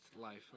life